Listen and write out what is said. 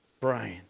Brian